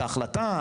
את ההחלטה,